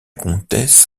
comtesse